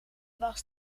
was